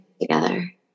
together